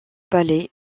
palais